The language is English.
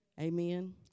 Amen